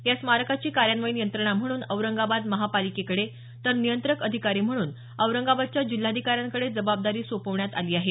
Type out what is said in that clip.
या स्मारकाची कार्यान्वयीन यंत्रणा म्हणून औरंगाबाद महापालिकेकडे तर नियंत्रक अधिकारी म्हणून औरंगाबादच्या जिल्हाधिकाऱ्यांकडे जबाबदारी सोपवण्यात आली आहे